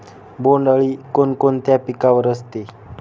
बोंडअळी कोणकोणत्या पिकावर असते?